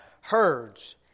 herds